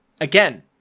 again